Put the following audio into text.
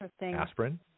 aspirin